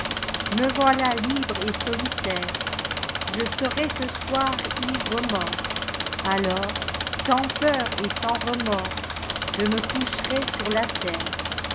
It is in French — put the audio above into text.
me voilà libre et solitaireije serai ce soir ire mort alors sans peur et sans remord je me coucherai sur la terre